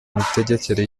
mitegekere